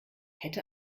hätte